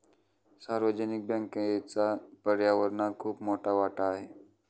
सार्वजनिक बँकेचा पर्यावरणात खूप मोठा वाटा आहे